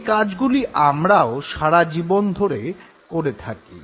এই কাজগুলি আমরাও সারাজীবন ধরে করে থাকি